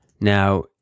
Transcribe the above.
Now